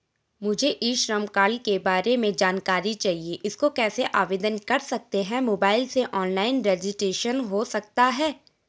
मुझे e Shram card के बारे में जानकारी चाहिए इसको कैसे आवेदन कर सकते हैं मोबाइल से ऑनलाइन रजिस्ट्रेशन हो सकता है?